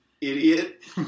idiot